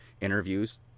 interviews